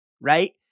right